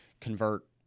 convert